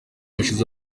hashize